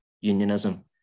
unionism